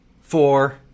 four